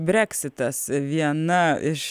breksitas viena iš